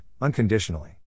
unconditionally